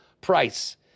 Price